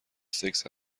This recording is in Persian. سکس